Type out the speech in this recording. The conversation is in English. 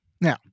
Now